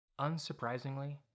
Unsurprisingly